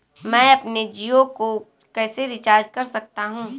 मैं अपने जियो को कैसे रिचार्ज कर सकता हूँ?